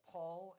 Paul